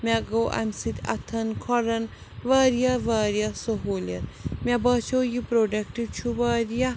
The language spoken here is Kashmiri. مےٚ گوٚو اَمہِ سۭتۍ اَتھَن کھۄرن وارِیاہ وارِیاہ سُہوٗلِیت مےٚ باسیو یہِ پرٛوڈکٹ چھُ وارِیاہ